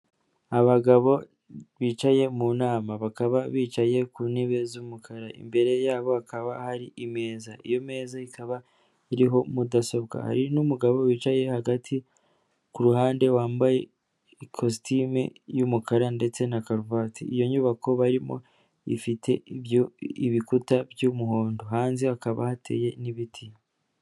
Abagabo bicaye mu nama bakaba bicaye ku ntebe z'umukara, imbere yabo hakaba hari imeza, iyo meza ikaba iriho mudasobwa, hari n'umugabo wicaye hagati ku ruhande wambaye ikositime y'umukara ndetse na karuvati, iyo nyubako barimo ifite ibikuta by'umuhondo hanze hakaba hateye n'ibiti.